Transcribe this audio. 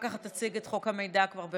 אחר כך תציג את חוק המידע, כבר ברצף.